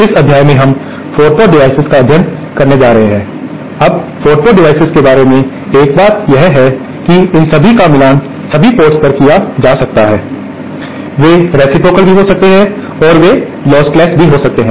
इस अध्याय में हम 4 पोर्ट डिवाइसेस का अध्ययन करने जा रहे हैं अब 4 पोर्ट डिवाइसेस के बारे में एक बात यह है कि इन सभी का मिलान सभी पोर्ट्स पर किया जा सकता है वे रेसिप्रोकल भी हो सकते हैं और वे लॉस्टलेस्स होते हैं